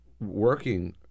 working